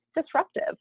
disruptive